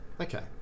Okay